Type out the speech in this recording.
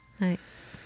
Nice